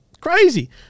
Crazy